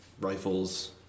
rifles